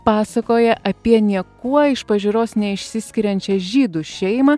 pasakoja apie niekuo iš pažiūros neišsiskiriančią žydų šeimą